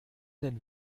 denn